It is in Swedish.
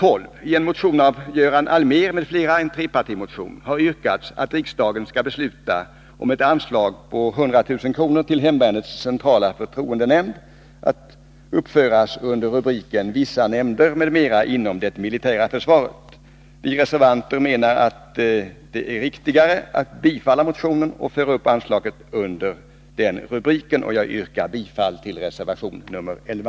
I en trepartimotion av Göran Allmér m.fl. har yrkats att riksdagen skall besluta om ett anslag på 100 000 kr. till hemvärnets centrala förtroendenämnd att uppföras under rubriken ”Vissa nämnder m.m. inom det militära försvaret”. Vi reservanter menar att motionen bör bifallas och anslaget föras upp under denna rubrik. Jag yrkar bifall till reservation 11.